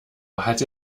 hat